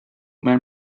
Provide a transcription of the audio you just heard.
man